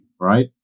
Right